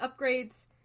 upgrades